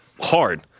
hard